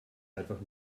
einfach